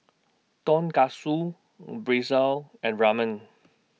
Tonkatsu Pretzel and Ramen